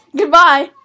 Goodbye